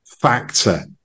factor